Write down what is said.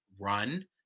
run